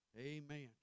Amen